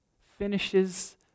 finishes